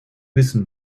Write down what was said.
wissen